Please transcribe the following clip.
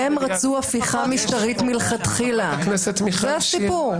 הם רצו הפיכה משטרית מלכתחילה, זה הסיפור.